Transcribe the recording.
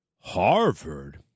Harvard